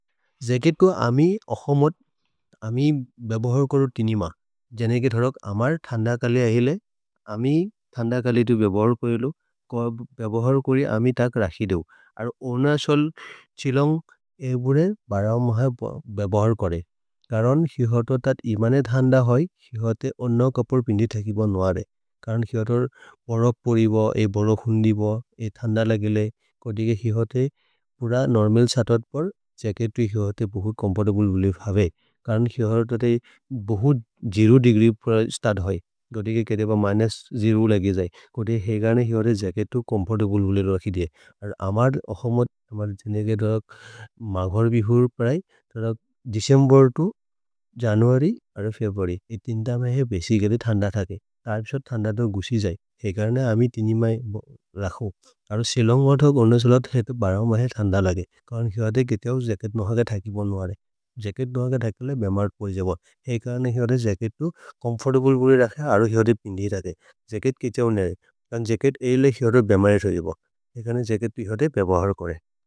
जेकेत् को अमि अहमोद् अमि बेबहर् करो तिनिम जनेगे धोरक् अमर् थन्द कले अहेले अमि थन्द कले। तु बेबहर् करेलो कब् बेबहर् कोरि अमि तक् रखिदेउ अरो ओनसोल् छिलोन्ग् ए बुरे बरौ मह बेबहर् कोरे करन् हिहत। तत् इमने थन्द होय् हिहते अन्न कपर् पिन्दि थकिब नोअरे करन् हिहत परक् परिब ये बरौ। खुन्दिब ये थन्द लगेले कोति। के हिहते पुर नोर्मल् सतत् पर् जेकेतु हिहते बहुत् चोम्फोर्तब्ले। हुले भवे करन् हिहत तते बहुत् जेरो देग्री स्तर्त् होय्। दोति के मिनुस् जेरो लगे जये कोति हेगने हिहते जेकेतु चोम्फोर्तब्ले हुले रखिदेउ अरो अमर् अहमोद् अमल्। जनेगे धोरक् मघर् बिहुर् प्रए धोरक् दिसेम्बेर् तो जनुअर्य्। अरो फेब्रुअर्य् इतिन्द महे बेसि गेदे थन्द थके तर्फ्सत् थन्द तो गुशि। जये हेगने अमि तिनिम लखो अरो छिलोन्ग् मथोग् ओनसोलत् थेत। भरौ महे थन्द लगे करन् हिहते गेते औ जेकेत् नोहग थकिब। नोअरे जेकेत् नोहग थकिल बेमरत् पर् जेब हेगने हिहते। जेकेतु चोम्फोर्तब्ले हुले रखे अरो हिहते पिन्दि थके जेकेत्। किछौ नरे करन् जेकेत् एय्ले हिहते बेमरत् होयु जेब हेगने जेकेतु हिहते बेबहर् कोरे।